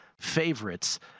favorites